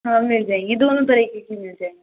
हाँ मिल जाएगी दोनों तरीके की मिल जाएगी